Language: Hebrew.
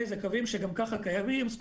אלו קווים שגם ככה קיימים,